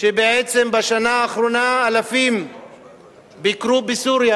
שבעצם בשנה האחרונה אלפים ביקרו בסוריה,